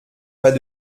pas